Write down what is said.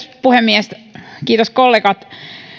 puhemies kiitos kollegat